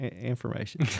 information